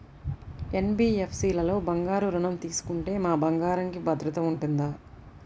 NBFC లలో బంగారు ఋణం తీసుకుంటే మా బంగారంకి భద్రత ఉంటుందా?